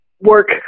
work